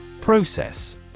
Process